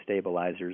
stabilizers